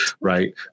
right